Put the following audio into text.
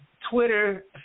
Twitter